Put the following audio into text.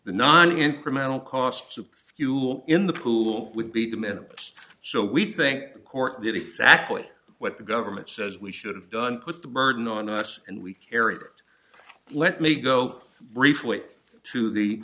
the nine incremental costs of fuel in the pool would be two minutes so we think the court did exactly what the government says we should have done put the burden on us and we carried it let me go briefly to the